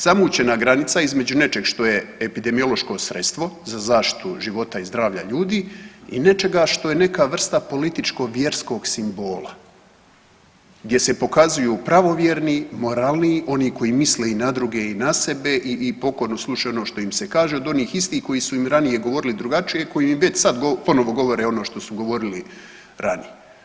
Zamućena granica između nečeg što je epidemiološko sredstvo za zaštitu života i zdravlja ljudi i nečega što je neka vrsta političkog vjerskog simbola gdje su pokazuju pravovjerniji, moralniji oni koji misle i na druge i na sebe i pokorno slušaju ono što im se kaže od onih istih koji su im ranije govorili drugačije, koji im već sad ponovo govore ono što su govorili ranije.